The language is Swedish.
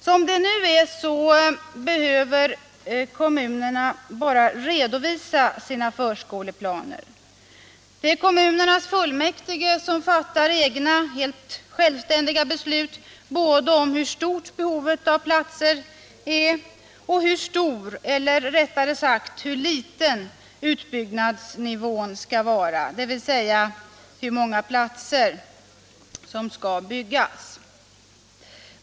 Som det nu är behöver kommunerna bara redovisa sina förskoleplaner. Kommunernas fullmäktige fattar egna, helt självständiga beslut både om hur stort behovet av platser är och om hur hög, eller rättare sagt hur låg, utbyggnadsnivån skall vara, dvs. hur många platser som skall presteras.